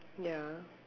ya